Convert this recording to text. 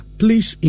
please